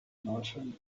northern